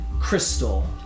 crystal